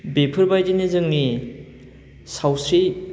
बेफोर बायदिनो जोंनि सावस्रि